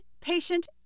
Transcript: patient